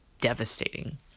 devastating